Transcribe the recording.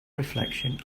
reflection